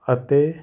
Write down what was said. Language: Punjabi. ਅਤੇ